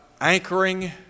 Anchoring